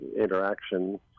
interaction